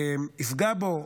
יפגע בו,